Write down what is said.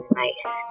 nice